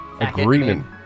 agreement